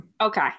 Okay